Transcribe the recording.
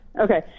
Okay